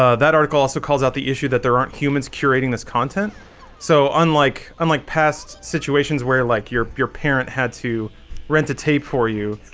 ah that article also calls out the issue that there aren't humans curating this content so unlike unlike past situations where like you're your parent had to rent a tape for you